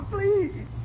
Please